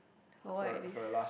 for what it is